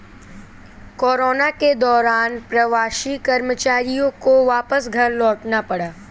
corona के दौरान प्रवासी कर्मचारियों को वापस घर लौटना पड़ा